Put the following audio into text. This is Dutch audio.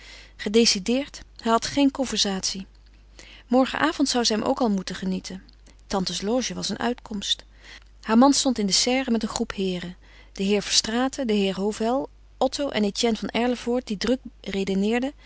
hij had geen conversatie morgenavond zoû zij hem ook al moeten genieten tantes loge was een uitkomst haar man stond in de serre met een groep heeren den heer verstraeten den heer hovel otto en etienne van erlevoort die druk redeneerden